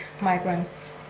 migrants